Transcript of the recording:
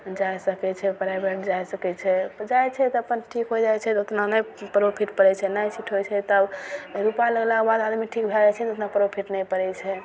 जाइ सकय छै प्राइवेट जा सकय छै तऽ जाइ छै तऽ अपन ठीक हो जाइ छै तऽ ओतना नहि प्रोफिट पड़य छै नहि ठीक होइ छै तब रुपैआ लगलाक बाद आदमी ठीक भए जाइ छै ने ओतना प्रॉफिट नहि पड़य छै